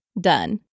Done